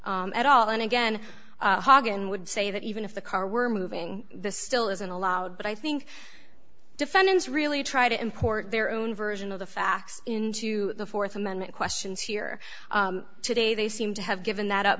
at all and again haagen would say that even if the car were moving this still isn't allowed but i think defendants really try to import their own version of the facts into the th amendment questions here today they seem to have given that up